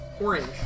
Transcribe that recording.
Orange